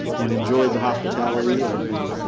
and enjoyed the hospitality of the